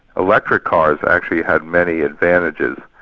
electric cars actually had many advantages,